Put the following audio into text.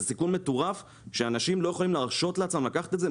זה סיכון מטורף שאנשים לא יכולים להרשות לעצמם לקחת את זה.